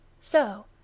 so